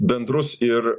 bendrus ir